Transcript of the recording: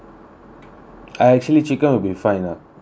ah actually chicken will be fine lah ya